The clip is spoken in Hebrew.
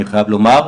אני חייב לומר,